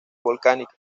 volcánica